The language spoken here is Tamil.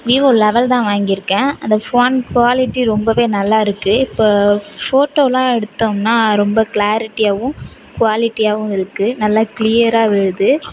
வீவோ லவெல் தான் வாங்கியிருக்கேன் அந்த ஃபோன் குவாலிட்டி ரொம்ப நல்லா இருக்கு இப்போ ஃபோட்டோலாம் எடுத்தோம்னா ரொம்ப கிளாரிட்டியாவும் குவாலிட்டியாகவும் இருக்கு நல்லா கிளியராக விழுது